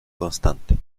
constante